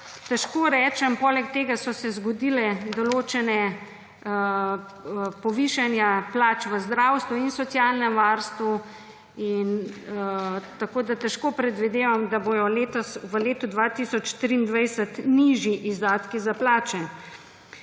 težko rečem … Poleg tega so se zgodile določena povišanja plač v zdravstvu in socialnem varstvu. Tako težko predvidevam, da bojo v letu 2023 nižji izdatki za plače.